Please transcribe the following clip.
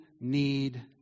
need